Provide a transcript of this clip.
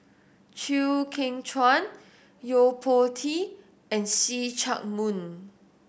Chew Kheng Chuan Yo Po Tee and See Chak Mun